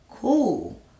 Cool